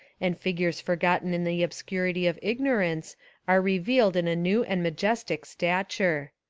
and figures forgotten in the obscurity of ignorance are re vealed in a new and majestic stature.